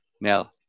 Now